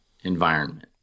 environment